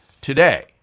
today